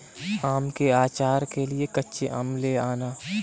आम के आचार के लिए कच्चे आम ले आना